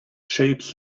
shapes